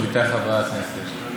למה לא ביקשת את זה עד עכשיו?